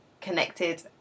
connected